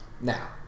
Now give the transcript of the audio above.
Now